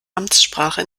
amtssprache